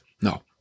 No